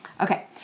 okay